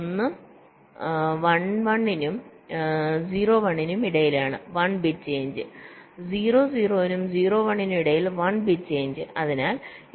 ഒന്ന് 1 1 നും 0 1 നും ഇടയിലാണ് 1 ബിറ്റ് ചേഞ്ച് 0 0 നും 0 1 നും ഇടയിൽ 1 ബിറ്റ് ചേഞ്ച്